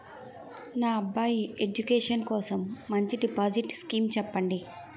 నా అబ్బాయి ఎడ్యుకేషన్ కోసం మంచి డిపాజిట్ స్కీం చెప్పండి